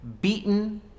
beaten